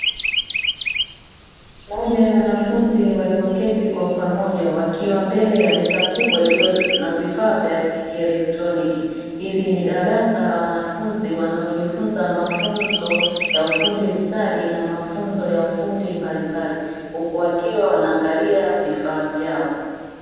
Moja ya wanafunzi walioketi kwa pamoja wakiwa mbele ya meza kubwa iliyo na vifaa vya kielektroniki, hili ni darasa la wanafunzi wanaojifunza mafunzo ya ufundi stadi na mafunzo ya ufundi mbalimbali huku wakiwa wanaangalia vifaa vyao.